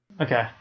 okay